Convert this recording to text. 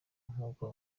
nkuko